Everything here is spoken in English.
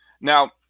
Now